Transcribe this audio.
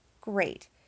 Great